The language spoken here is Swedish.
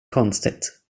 konstigt